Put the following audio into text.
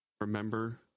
remember